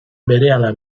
berehala